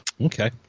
Okay